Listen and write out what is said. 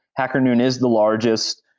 hacker noon is the largest.